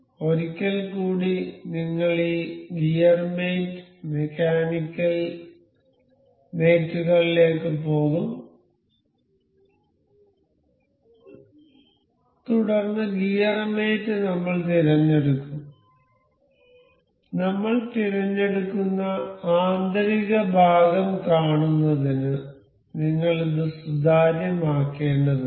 ഒരിക്കൽ കൂടി നിങ്ങൾ ഈ gear mate mechanical mechanical mate കളിലേക്ക് പോകും തുടർന്ന് ഗിയർ മേറ്റ് നമ്മൾ തിരഞ്ഞെടുക്കും നമ്മൾ തിരഞ്ഞെടുക്കുന്ന ആന്തരിക ഭാഗം കാണുന്നതിന് നിങ്ങൾ ഇത് സുതാര്യമാക്കേണ്ടതുണ്ട്